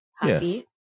happy